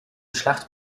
schlacht